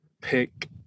pick